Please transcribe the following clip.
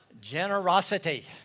Generosity